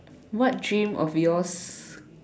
what dreams of yours